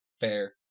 Fair